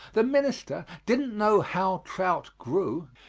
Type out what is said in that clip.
the minister didn't know how trout grew,